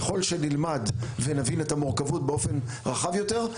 ככל שנלמד ונבין את המורכבות באופן רחב יותר,